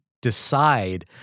decide